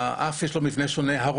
יש מבנה שונה לאף,